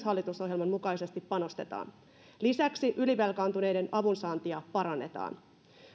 hallitusohjelman mukaisesti lisäksi ylivelkaantuneiden avunsaantia parannetaan